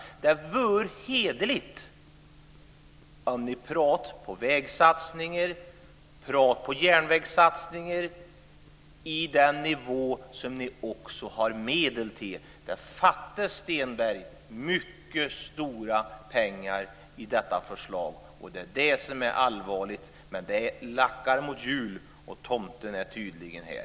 Det vore hederligt om ni talade om vägsatsningar och järnvägssatsningar på en nivå motsvarande vad ni har medel för. Det fattas, Stenberg, mycket stora pengar i fråga om detta förslag, och det är detta som är allvarligt. Men det lackar mot jul, och tomten är tydligen här.